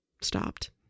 stopped